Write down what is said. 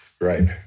right